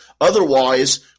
Otherwise